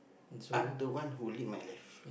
I'm the one who lead my life